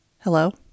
Hello